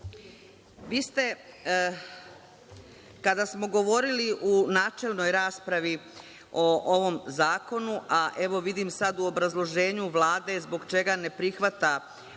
to. Vi ste, kada smo govorili u načelnoj raspravi o ovom zakonu, a evo vidim sada u obrazloženju Vlade zbog čega ne prihvata ovaj